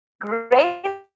great